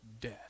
death